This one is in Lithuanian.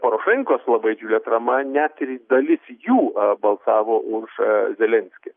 porošenkos labai didžiulė atrama net ir dalis jų balsavo už zelenskį